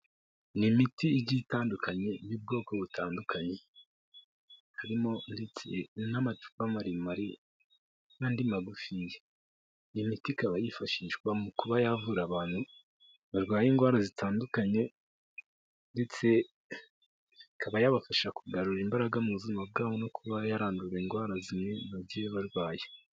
Ni imiti igiye itandukanye y'ubwoko butandukanye harimo n'amacupa maremare n'andi magufi, iyi miti ikaba yifashishwa mu kuba yavura abantu barwaye indwara zitandukanye ndetse ikaba yabafasha kugarura imbaraga mu buzima bwabo, no kuba yaranduye indwara zimwe bagiye barwaye.